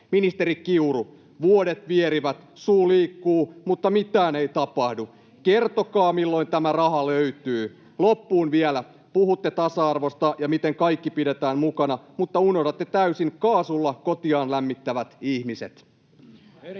Ministeri Kiuru, vuodet vierivät, suu liikkuu, mutta mitään ei tapahdu. Kertokaa, milloin tämä raha löytyy. Loppuun vielä: puhutte tasa-arvosta ja miten kaikki pidetään mukana, mutta unohdatte täysin kaasulla kotiaan lämmittävät ihmiset.